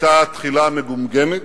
היתה תחילה מגומגמת,